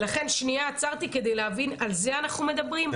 לכן שנייה עצרתי כדי להבין, על זה אנחנו מדברים?